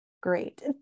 Great